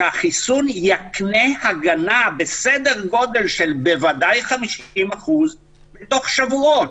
החיסון יקנה הגנה בסדר גודל של בוודאי 50% תוך שבועות.